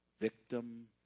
victim